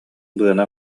быаны